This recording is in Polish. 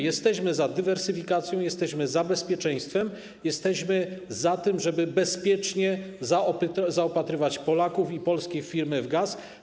Jesteśmy za dywersyfikacją, jesteśmy za bezpieczeństwem, jesteśmy za tym, żeby bezpiecznie zaopatrywać Polaków i polskie firmy w gaz.